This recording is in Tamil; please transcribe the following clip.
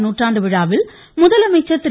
சு நூற்றாண்டு விழாவில் முதலமைச்சர் திரு